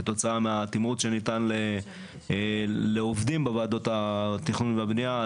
כתוצאה מהתמרוץ שניתן לעובדים בוועדות התכנון והבנייה,